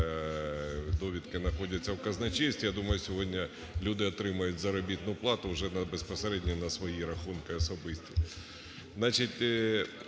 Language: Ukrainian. довідки знаходяться в казначействі. Я думаю, сьогодні люди отримають заробітну плату вже безпосередньо на свої рахунки особисті.